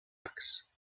arcs